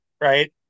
right